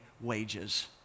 wages